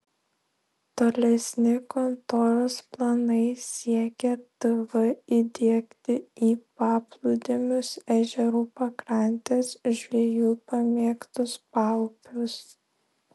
tolesni kontoros planai siekė tv įdiegti į paplūdimius ežerų pakrantes žvejų pamėgtus paupius